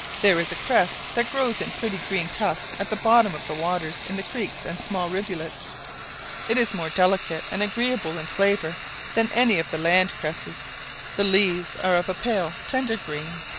there is a cress that grows in pretty green tufts at the bottom of the waters in the creeks and small rivulets it is more delicate and agreeable in flavour than any of the land-cresses the leaves are of a pale tender green,